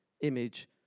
image